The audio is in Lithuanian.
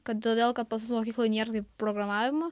kad todėl kad pas mus mokykloj nėra kaip programavimo